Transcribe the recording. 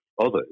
Others